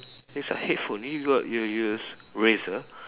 it's a headphone you got you use Razer